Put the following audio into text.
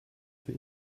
für